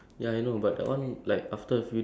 I pay I pay for my Spotify